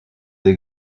des